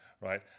right